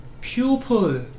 Pupil